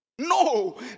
No